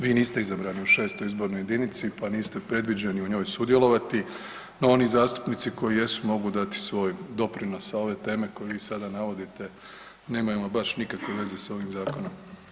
Vi niste izabrani u 6. izbornoj jedinici pa niste predviđeni u njoj sudjelovati, no oni zastupnici koji jesu mogu dati svoj doprinos, a ove teme koje vi sada navodite nemaju ama baš nikakve veze sa ovim zakonom.